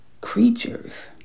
creatures